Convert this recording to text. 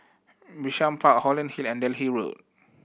Bishan Park Holland Hill and Delhi Road